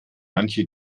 manche